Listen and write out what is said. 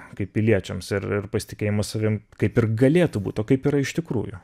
kaip piliečiams ir ir pasitikėjimo savimi kaip ir galėtų būt o kaip yra iš tikrųjų